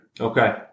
Okay